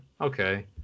okay